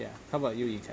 ya how about you ying kai